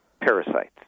parasites